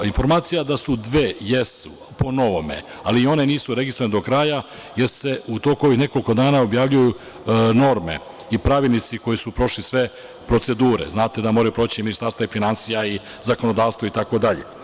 Informacija da su dve, jesu, po novome, ali i one nisu registrovane do kraja jer se u toku ovih nekoliko dana objavljuju norme i pravilnici koji su prošli sve procedure, znate da moraju proći i ministarstva i finansija i zakonodavstvo itd.